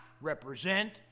represent